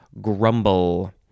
grumble